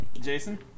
Jason